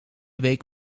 week